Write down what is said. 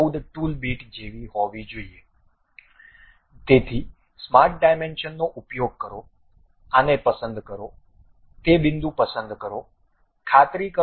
14 tool bit હોવી જોઈએ તેથી સ્માર્ટ ડાયમેન્શનનો ઉપયોગ કરો આને પસંદ કરો તે બિંદુ પસંદ કરો ખાતરી કરો કે તે 1